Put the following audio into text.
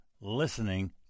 listening